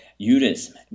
Judaism